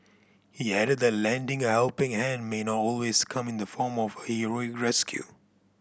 he added that lending a helping hand may not always come in the form of heroic rescue